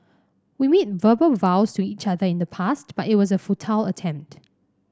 we made verbal vows to each other in the past but it was a futile attempt